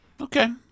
Okay